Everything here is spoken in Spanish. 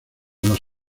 los